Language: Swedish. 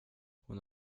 hon